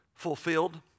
fulfilled